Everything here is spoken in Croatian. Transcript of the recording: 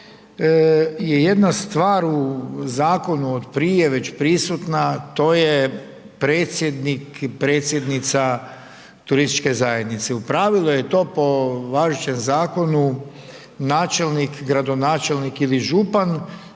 je jedna stvar u zakonu od prije već prisutna, to je predsjednik i predsjednica turističke zajednice. U pravilo je to po važećem zakonu načelnik, gradonačelnik ili župan,